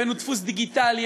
הבאנו דפוס דיגיטילי.